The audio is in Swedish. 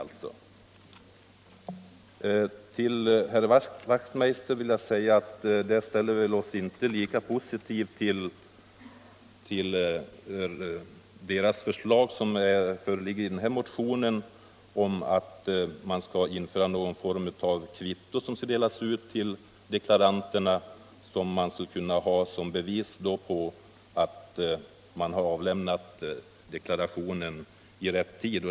Till herr Wachtmeister i Staffanstorp vill jag säga att vi inte ställer oss lika positiva till det motionsförslag som föreligger om införande av någon form av kvitto till deklaranterna som bevis för att man har avlämnat deklarationen i rätt tid.